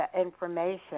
information